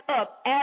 up